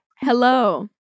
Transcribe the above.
Hello